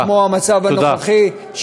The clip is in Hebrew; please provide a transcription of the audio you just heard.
ולא כמו במצב הנוכחי,